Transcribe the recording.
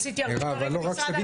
עשיתי הרבה דברים במשרד הרווחה.